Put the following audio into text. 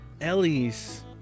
ellie's